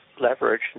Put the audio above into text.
leverage